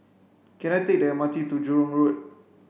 can I take the M R T to Jurong Road